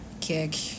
kick